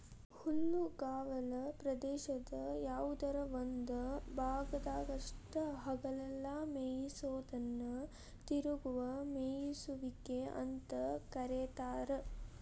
ಹುಲ್ಲುಗಾವಲ ಪ್ರದೇಶದ ಯಾವದರ ಒಂದ ಭಾಗದಾಗಷ್ಟ ಹಗಲೆಲ್ಲ ಮೇಯಿಸೋದನ್ನ ತಿರುಗುವ ಮೇಯಿಸುವಿಕೆ ಅಂತ ಕರೇತಾರ